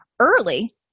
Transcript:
early